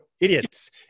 Idiots